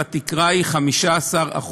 והתקרה היא ,15%,